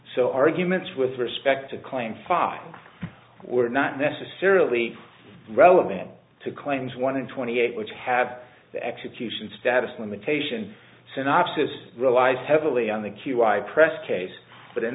so arguments with respect to claim five were not necessarily relevant to claims one hundred twenty eight which have the execution status limitation synopses relies heavily on the q i pressed case but in